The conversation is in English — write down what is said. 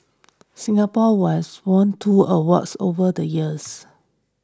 Singapore was won two awards over the years